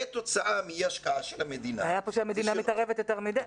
כתוצאה מאי השקעה של המדינה --- הבעיה פה שהמדינה מתערבת יותר מדי.